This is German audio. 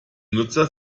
nutzer